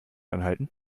anhalten